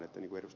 niin kuin ed